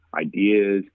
ideas